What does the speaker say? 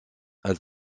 elle